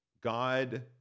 God